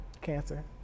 Cancer